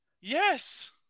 Yes